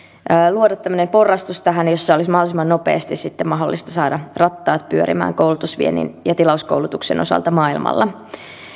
luoda tähän tämmöinen porrastus jossa olisi mahdollisimman nopeasti sitten mahdollista saada rattaat pyörimään koulutusviennin ja tilauskoulutuksen osalta maailmalla